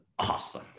awesome